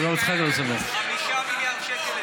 5 מיליארד שקל,